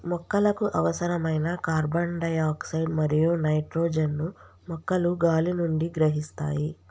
మొక్కలకు అవసరమైన carbon dioxide మరియు నైట్రోజన్ ను మొక్కలు గాలి నుండి గ్రహిస్తాయి